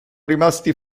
rimasti